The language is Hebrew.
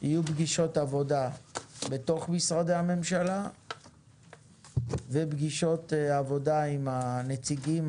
יהיו פגישות עבודה בתוך משרדי הממשלה ופגישות עבודה עם הנציגים